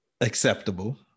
acceptable